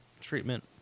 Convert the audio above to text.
treatment